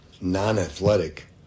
non-athletic